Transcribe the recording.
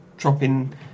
Dropping